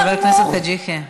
חבר הכנסת חאג' יחיא,